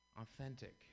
authentic